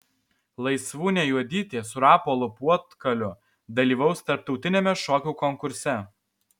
laisvūnė juodytė su rapolu puotkaliu dalyvaus tarptautiniame šokių konkurse